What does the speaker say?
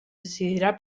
decidirà